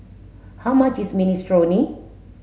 how much is minestrone